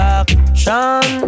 action